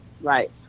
Right